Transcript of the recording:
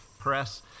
press